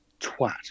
twat